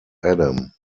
adam